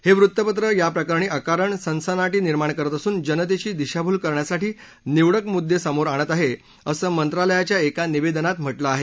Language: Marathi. हे वृत्तपत्र या प्रकरणी अकारण सनसनाटी निर्माण करत असून जनतेची दिशाभूल करण्यासाठी निवडक मुद्दे समोर आणत आहे असं मंत्रालयाच्या एका निवेदनात म्हटलं आहे